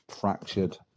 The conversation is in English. fractured